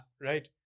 Right